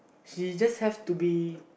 she just have to be